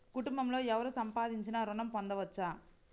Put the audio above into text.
కుటుంబంలో ఎవరు సంపాదించినా ఋణం పొందవచ్చా?